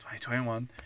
2021